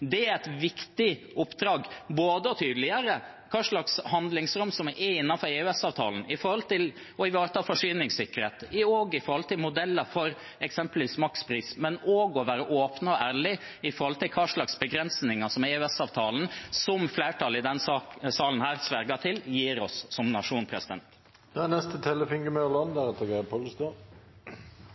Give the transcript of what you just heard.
Det er et viktig oppdrag – både å tydeliggjøre hva slags handlingsrom som er innenfor EØS-avtalen for å ivareta forsyningssikkerheten, også når det gjelder modeller for eksempelvis makspris, og å være åpen og ærlig om hvilke begrensninger EØS-avtalen, som flertallet i denne salen sverger til, gir oss som nasjon. Høyre-representant Farahmand etterlyste mer forutsigbarhet. Det tror jeg er